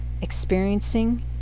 experiencing